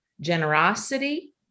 generosity